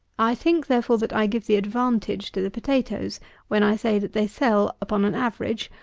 i think, therefore, that i give the advantage to the potatoes when i say that they sell, upon an average,